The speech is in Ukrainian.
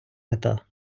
мета